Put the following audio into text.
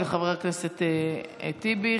של חבר הכנסת טיבי,